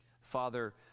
Father